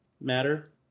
matter